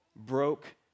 broke